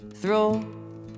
throw